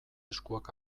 eskuak